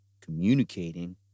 communicating